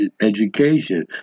education